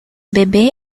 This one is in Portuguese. bebê